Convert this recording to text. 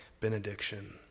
benediction